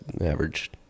average